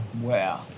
Wow